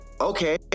okay